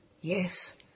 Yes